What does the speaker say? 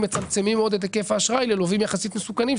מצמצים עוד את היקף האשראי ללווים יחסית מסוכנים,